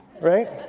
right